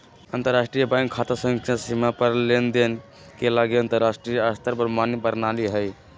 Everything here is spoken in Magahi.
अंतरराष्ट्रीय बैंक खता संख्या सीमा पार लेनदेन के लागी अंतरराष्ट्रीय स्तर पर मान्य प्रणाली हइ